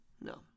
No